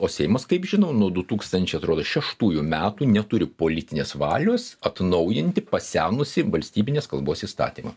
o seimas kaip žinau nuo du tūkstančiai atrodo šeštųjų metų neturi politinės valios atnaujinti pasenusį valstybinės kalbos įstatymą